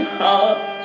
heart